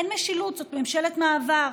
אין משילות, זאת ממשלת מעבר.